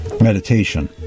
meditation